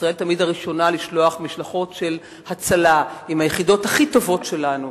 ישראל תמיד הראשונה לשלוח משלחות של הצלה עם היחידות הכי טובות שלנו,